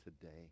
today